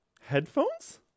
Headphones